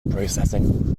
processing